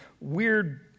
weird